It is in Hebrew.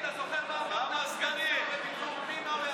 שהביאו את הצעת החוק הזאת, והיום מדברים בגנותה.